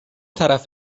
طرف